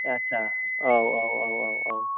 आस्सा औ औ औ औ औ